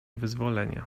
wyzwolenia